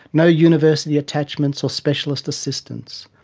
no university attachments or specialist assistance.